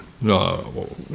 No